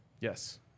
Yes